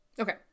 okay